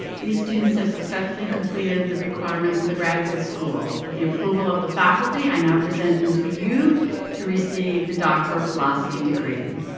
these students have successfully completed the requirements of the graduate school. with the approval of the faculty, i now present them to you to receive the doctor of philosophy degree.